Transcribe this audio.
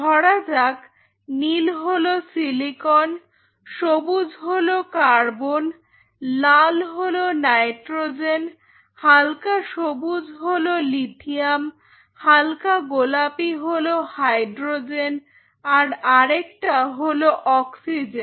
ধরা যাক নীল হলো সিলিকনসবুজ হল কার্বন লাল হল নাইট্রোজেন হালকা সবুজ হলো লিথিয়াম হালকা গোলাপি হলো হাইড্রোজেন আর আরেকটা হলো অক্সিজেন